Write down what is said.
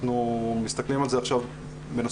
אנחנו מסתכלים על זה עכשיו ומתחילים